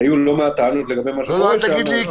היו לא מעט טענות לגבי מה שקורה שם,